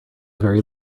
very